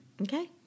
Okay